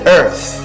earth